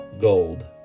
gold